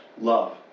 love